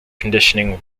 conditioning